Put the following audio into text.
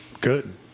Good